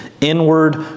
inward